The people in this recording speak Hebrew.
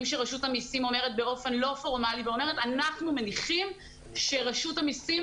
המסים אומרת באופן לא פורמלי אנחנו מניחים שרשות המסים